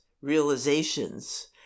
realizations